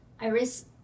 Iris